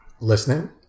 Listening